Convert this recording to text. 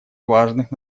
важных